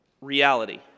reality